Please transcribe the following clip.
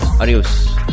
Adios